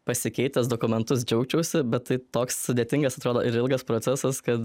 pasikeitęs dokumentus džiaugčiausi bet tai toks sudėtingas atrodo ir ilgas procesas kad